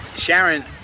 Sharon